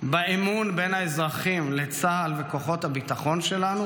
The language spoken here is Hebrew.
באמון בין האזרחים לצה"ל וכוחות הביטחון שלנו